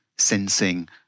sensing